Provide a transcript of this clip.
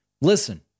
Listen